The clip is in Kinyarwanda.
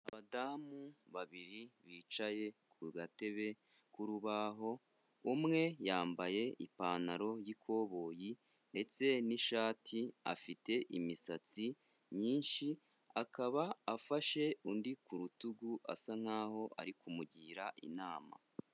Abadamu babiri bicaye ku gatebe k'urubaho, umwe yambaye ipantaro y'ikoboyi ndetse n'ishati, afite imisatsi myinshi akaba afashe undi ku rutugu asa nkaho ari kumugira inama.